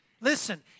Listen